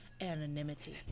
Anonymity